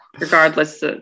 regardless